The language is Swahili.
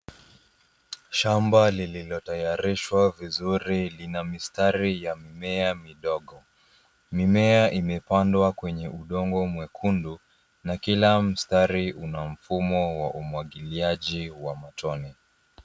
Shamba lililotayarishwa vizuri lina mistari ya mimea midogo. Mimea imepandwa kwenye udongo mwekundu na kila mstari una mfumo wa umwagiliaji wa matone.